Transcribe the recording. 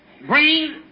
Bring